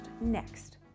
next